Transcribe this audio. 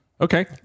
Okay